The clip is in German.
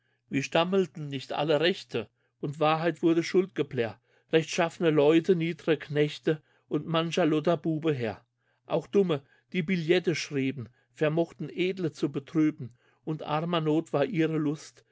wie stammelten nicht alle rechte und wahrheit wurde schulgeplerr rechtschaffne leute niedre knechte und mancher lotterbube herr auch dumme die biljette schrieben vermochten edle zu betrüben und armer noth war ihre lust